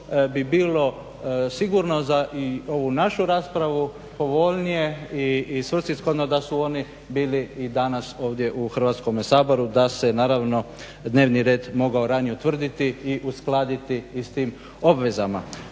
bi bilo sigurno za ovu našu raspravu povoljnije i svrsishodno da su oni bili i danas ovdje u Hrvatskome saboru da se dnevni red mogao ranije utvrditi i uskladiti s tim obvezama.